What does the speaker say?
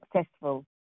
successful